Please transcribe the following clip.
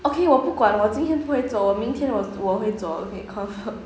okay 我不管我今天不会做我明天我会做 okay confirm